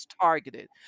targeted